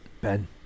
Ben